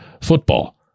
football